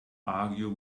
argue